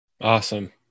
Awesome